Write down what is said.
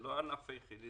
זה לא הענף היחיד,